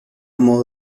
modo